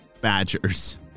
badgers